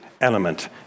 element